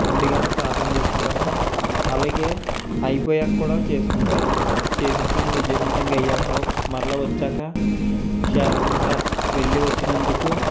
ముందుగానే ప్రార్థన చేసుకుంటాను అలాగే అయిపోయాక కూడా చేసుకుంటాను చేసిన పని విజయవంతంగా అయ్యాక మరల వచ్చాక క్షేమంగా వెళ్ళి వచ్చినందుకు